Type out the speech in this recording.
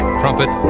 trumpet